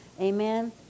Amen